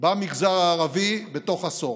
במגזר הערבי בתוך עשור.